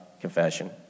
confession